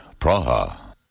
Praha